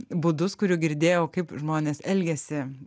būdus kurių girdėjau kaip žmonės elgiasi